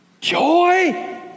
Joy